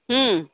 ହୁଁ